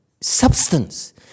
Substance